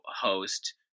host